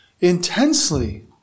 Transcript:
intensely